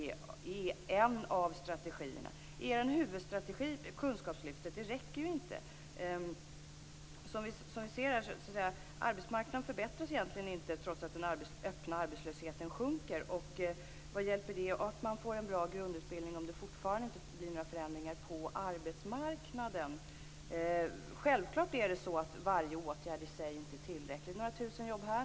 Er huvudstrategi - kunskapslyftet - räcker inte. Arbetsmarknaden förbättras egentligen inte trots att den öppna arbetslösheten sjunker. Vad hjälper det att man får en bra grundutbildning om det fortfarande inte sker några förändringar på arbetsmarknaden? Varje enskild åtgärd är i sig självfallet inte tillräcklig. Det är några tusen jobb här och tiotusen jobb där.